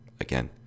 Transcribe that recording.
Again